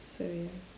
so ya